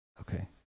okay